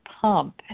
pump